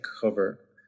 cover